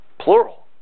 Plural